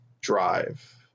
drive